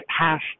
past